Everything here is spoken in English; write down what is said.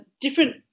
different